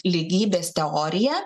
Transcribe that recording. lygybės teorija